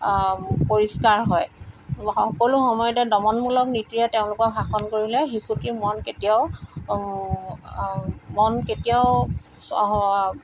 পৰিষ্কাৰ হয় সকলো সময়তে দনমমূলক নীতিৰে তেওঁলোকক শাসন কৰিলে শিশুটিৰ মন কেতিয়াও মন কেতিয়াও চহ